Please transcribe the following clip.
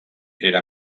era